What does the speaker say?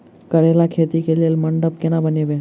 करेला खेती कऽ लेल मंडप केना बनैबे?